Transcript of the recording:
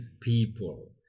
people